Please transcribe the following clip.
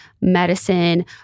medicine